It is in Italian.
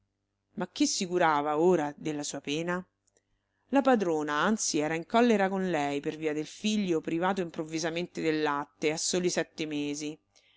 ma chi si curava ora della sua pena la padrona anzi era in collera con lei per via del figlio privato improvvisamente del latte a soli sette mesi